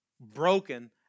Broken